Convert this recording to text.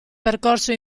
percorso